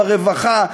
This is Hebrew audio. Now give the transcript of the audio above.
ברווחה,